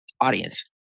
audience